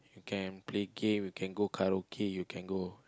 can play game can go karaoke you can go